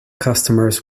customers